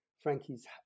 Frankie's